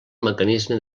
mecanisme